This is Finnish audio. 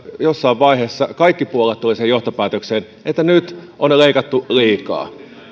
jossain vaiheessa kaikki puolueet tulivat siihen johtopäätökseen että nyt on leikattu liikaa